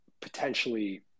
potentially